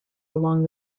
along